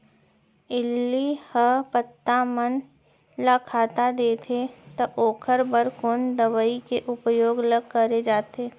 इल्ली ह पत्ता मन ला खाता देथे त ओखर बर कोन दवई के उपयोग ल करे जाथे?